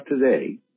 today